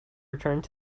returned